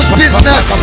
business